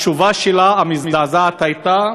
התשובה המזעזעת שלה הייתה: